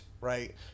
right